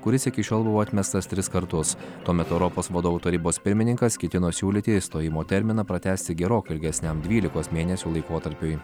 kuris iki šiol buvo atmestas tris kartus tuo metu europos vadovų tarybos pirmininkas ketino siūlyti išstojimo terminą pratęsti gerokai ilgesniam dvylikos mėnesių laikotarpiui